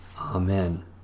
Amen